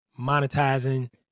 monetizing